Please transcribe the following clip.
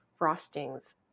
frostings